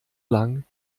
lang